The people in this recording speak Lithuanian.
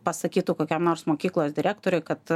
pasakytų kokiam nors mokyklos direktoriui kad